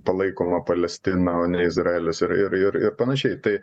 palaikoma palestina o ne izraelis ir ir ir panašiai tai